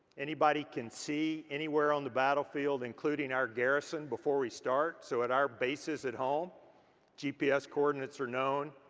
anybody can see anywhere on the battlefield, including our garrison before we start. so at our bases at home gps coordinates are known.